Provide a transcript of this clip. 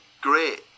great